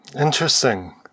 Interesting